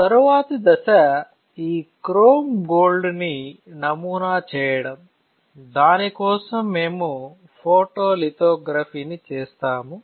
తరువాతి దశ ఈ క్రోమ్ గోల్డ్ ని నమూనా చేయడం దానికోసం మేము ఫోటోలిథోగ్రఫీని చేస్తాము